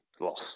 loss